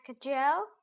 Joe